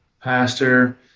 pastor